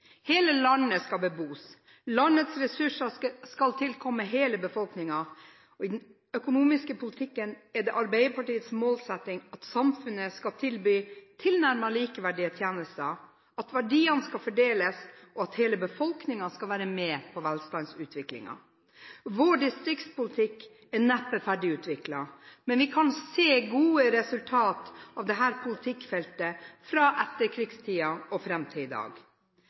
Hele landet skal bebos, og landets ressurser skal tilkomme hele befolkningen. I den økonomiske politikken er det Arbeiderpartiets målsetting at samfunnet skal tilby tilnærmet likeverdige tjenester, at verdiene skal fordeles, og at hele befolkningen skal være med på velstandsutviklingen. Vår distriktspolitikk er neppe ferdigutviklet, men vi kan se gode resultater av dette politikkfeltet fra etterkrigstiden og fram til i dag.